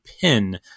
Pin